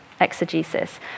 exegesis